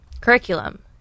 curriculum